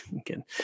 again